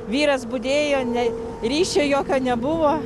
vyras budėjo ne ryšio jokio nebuvo